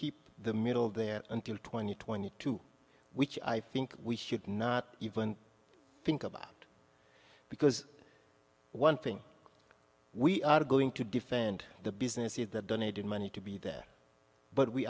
keep the middle there until twenty twenty two which i think we should not even think about because one thing we are going to defend the business is that donated money to be there but we